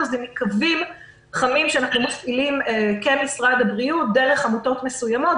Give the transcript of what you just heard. היא מ"קווים חמים" שאנחנו מפעילים כמשרד הבריאות דרך עמותות מסוימות,